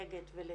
אסטרטגית ולתכנן.